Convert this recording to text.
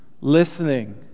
listening